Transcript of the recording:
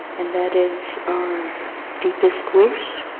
and that is our deepest wish,